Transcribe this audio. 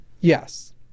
Yes